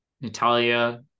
Natalia